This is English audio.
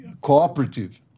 cooperative